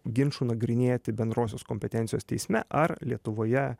ginčų nagrinėti bendrosios kompetencijos teisme ar lietuvoje